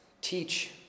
teach